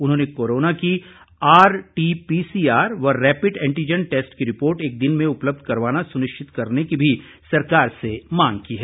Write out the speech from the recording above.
उन्होंने कोरोना की आरटीपीसीआर व रैपिड एंटिजन टैस्ट की रिपोर्ट एक दिन में उपलब्ध करवाना सुनिश्चित करने की भी सरकार से मांग की है